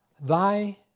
Thy